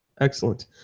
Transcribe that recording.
Excellent